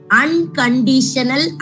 unconditional